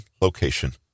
Location